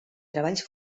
treballs